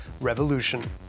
revolution